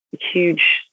huge